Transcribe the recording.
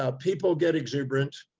ah people get exuberant,